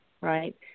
right